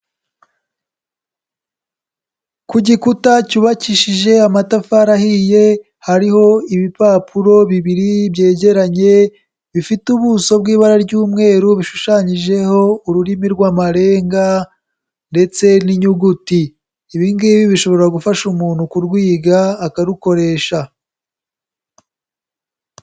Ku gikuta cyubakishije amatafari ahiye, hariho ibipapuro bibiri byegeranye, bifite ubuso bw'ibara ry'umweru bishushanyijeho ururimi rw'amarenga ndetse n'inyuguti. Ibi ngibi bishobora gufasha umuntu kurwiga akarukoresha.